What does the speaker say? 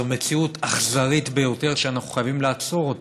זאת מציאות אכזרית ביותר שאנחנו חייבים לעצור אותה.